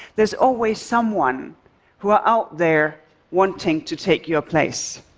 there's always someone who are out there wanting to take your place.